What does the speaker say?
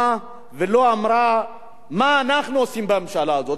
ולא אמרה: מה אנחנו עושים בממשלה הזאת?